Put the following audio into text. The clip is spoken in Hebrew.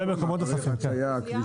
ובלבד שזה שתי אוזניות.